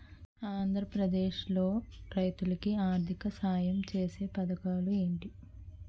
ఆంధ్రప్రదేశ్ లో రైతులు కి ఆర్థిక సాయం ఛేసే పథకాలు ఏంటి?